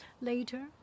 later